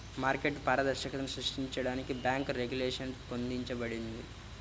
market పారదర్శకతను సృష్టించడానికి bank regulation రూపొందించబడింది